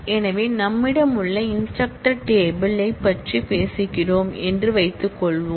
எனவே நம்மிடம் உள்ள இன்ஸ்டிரக்டர் டேபிள் யைப் பற்றி பேசுகிறோம் என்று வைத்துக்கொள்வோம்